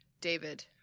David